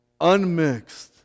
unmixed